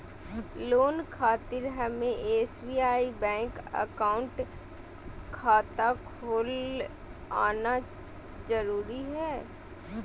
Loan खातिर हमें SBI bank account खाता खोल आना जरूरी है?